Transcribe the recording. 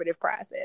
process